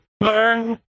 learn